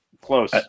close